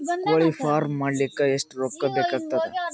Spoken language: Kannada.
ಕೋಳಿ ಫಾರ್ಮ್ ಮಾಡಲಿಕ್ಕ ಎಷ್ಟು ರೊಕ್ಕಾ ಬೇಕಾಗತದ?